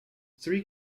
three